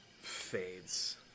fades